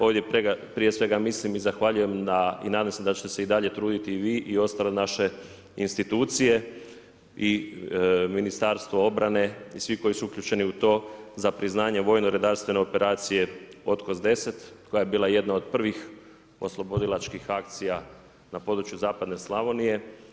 Ovdje prije svega mislim i zahvaljujem na i nadam se da ćete se i dalje truditi i vi i ostale naše institucije i Ministarstvo obrane i svi koji su uključeni u to za priznanje vojno-redarstvene operacije Otkos 10 koja je bila jedna od prvih oslobodilačkih akcija na području zapadne Slavonije.